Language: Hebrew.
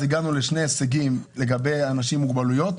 אז הגענו לשני הישגים לגבי אנשים עם מוגבלויות,